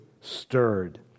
stirred